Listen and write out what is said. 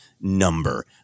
number